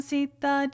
Sita